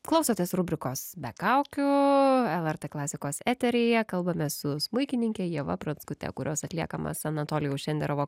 klausotės rubrikos be kaukių lrt klasikos eteryje kalbamės su smuikininke ieva pranskute kurios atliekamas anatolijaus šenderovo